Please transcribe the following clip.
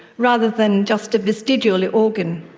rather than just a vestigial organ.